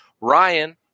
Ryan